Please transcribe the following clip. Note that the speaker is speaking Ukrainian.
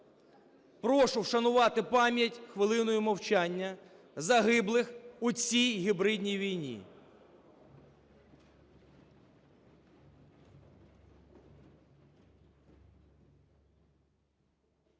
Прошу вшанувати пам'ять хвилиною мовчання загиблих у цій гібридній війні.